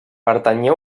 pertanyia